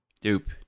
Dupe